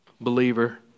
Believer